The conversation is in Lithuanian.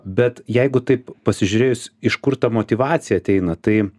bet jeigu taip pasižiūrėjus iš kur ta motyvacija ateina tai